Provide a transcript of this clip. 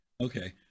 Okay